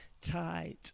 tight